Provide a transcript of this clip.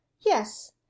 Yes